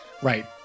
right